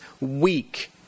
weak